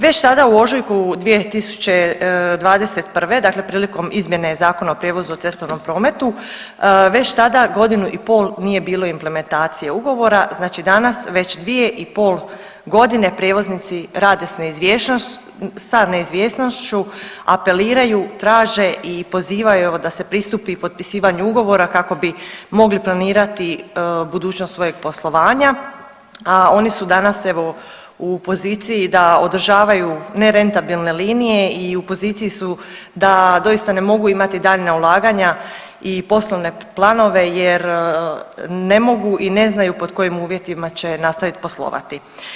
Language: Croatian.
Već tada u ožujku 2021., dakle prilikom izmjene Zakona o prijevozu u cestovnom prometu, već tada godinu i političkim nije bilo implementacije ugovora, znači danas već 2,5 godine prijevoznici rade sa neizvjesnošću, apeliraju, traže i pozivaju evo, da se pristupi potpisivanju ugovora kako bi mogli planirati budućnost svojeg poslovanja, a oni su danas evo, u poziciji da održavaju nerentabilne linije i u poziciji su da doista ne mogu imati daljnja ulaganja i poslovne planove jer ne mogu i ne znaju pod kojim uvjetima će nastaviti poslovati.